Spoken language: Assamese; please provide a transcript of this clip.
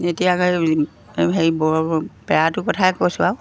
এতিয়া সেই সেই বৰ পেৰাটোৰ কথাই কৈছোঁ আৰু